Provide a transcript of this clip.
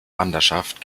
wanderschaft